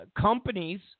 companies